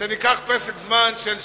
שניקח פסק זמן של שבועיים,